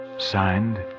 Signed